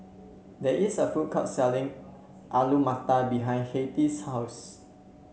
there is a food court selling Alu Matar behind Hattie's house